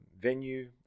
venue